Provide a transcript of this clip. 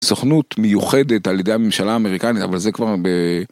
סוכנות מיוחדת על ידי הממשל האמריקני, אבל זה כבר ב...